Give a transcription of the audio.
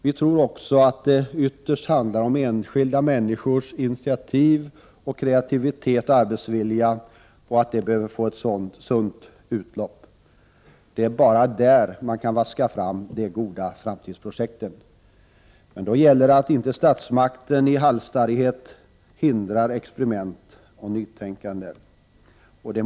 Vi tror också att det ytterst handlar om att enskilda människors initiativ till kreativitet och arbetsvilja skall få ett sunt utlopp. Det är bara på så sätt man kan vaska fram de goda framtidsprojekten. Men då gäller det att inte statsmakten i halsstarrighet hindrar experiment och nytänkande.